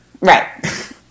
Right